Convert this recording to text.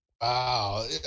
Wow